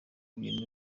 ibintu